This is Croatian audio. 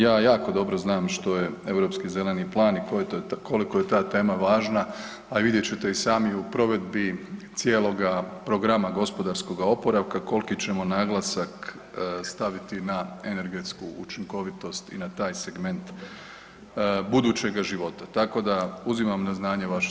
Ja jako dobro znam što je Europski zeleni plan i koliko je ta tema važna, a vidjet ćete i sami u provedbi cijeloga programa gospodarskog oporavka koliki ćemo naglasak staviti na energetsku učinkovitost i na taj segment budućega života, tako da uzimam na znanje vašu sugestiju.